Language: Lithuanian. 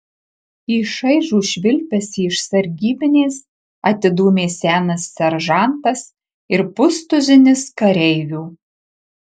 į šaižų švilpesį iš sargybinės atidūmė senas seržantas ir pustuzinis kareivių